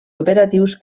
operatius